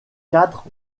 quatre